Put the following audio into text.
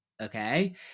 okay